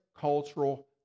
cultural